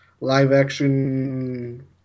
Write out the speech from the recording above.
live-action